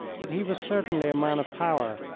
but he was certainly a man of power,